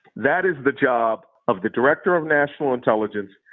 that is the job of the director of national intelligence,